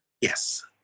yes